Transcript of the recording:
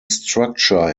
structure